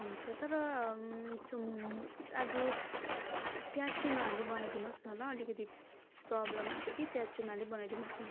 हुन्छ तर चाहिँ आज प्याज चाहिँ नहाली बनाइदिनु होस् न ल अलिकति प्रब्लम हुन्छ कि प्याज चाहिँ नहाली बनाइदिनु होस् न